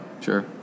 Sure